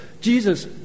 Jesus